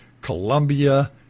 Colombia